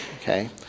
okay